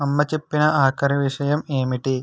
అమ్మ చెప్పిన ఆఖరి విషయము ఏంటి